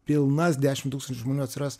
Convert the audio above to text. pilnas dešimt tūkstančių žmonių atsiras